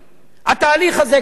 התהליך הזה קיים.